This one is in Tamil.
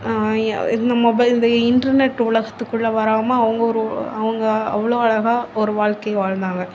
இந்த மொபைல் இந்த இன்டர்நெட் உலகத்துக்குள்ளே வராம அவங்க ஒரு அவங்க அவ்வளோ அழகாக ஒரு வாழ்க்கையை வாழ்ந்தாங்க